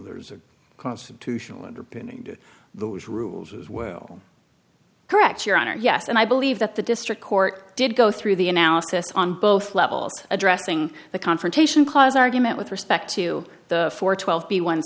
there's a constitutional underpinning to those rules as well correct your honor yes and i believe that the district court did go through the analysis on both levels addressing the confrontation clause argument with respect to the for twelve